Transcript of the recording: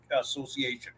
Association